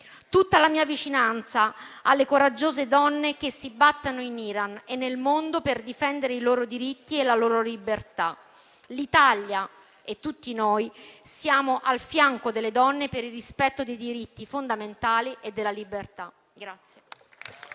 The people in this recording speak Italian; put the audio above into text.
tutta la mia vicinanza alle coraggiose donne che si battono in Iran e nel mondo per difendere i loro diritti e la loro libertà. L'Italia e tutti noi siamo al fianco delle donne per il rispetto dei diritti fondamentali e della libertà.